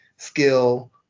skill